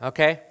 Okay